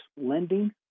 lending